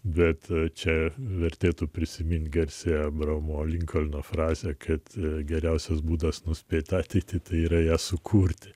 bet čia vertėtų prisiminti garsiąją abraomo linkolno frazę kad geriausias būdas nuspėti ateitį tai yra ją sukurti